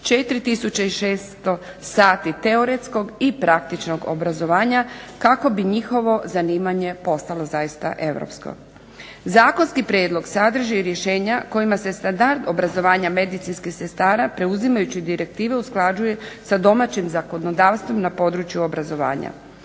600 sati teoretskog i praktičnog obrazovanja, kako bi njihovo zanimanje postalo zaista Europsko. Zakonski prijedlog sadrži rješenja kojima se standard obrazovanja medicinskih sestara preuzimajući direktive usklađuje sa domaćim zakonodavstvom na području obrazovanja.